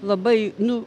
labai nu